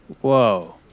Whoa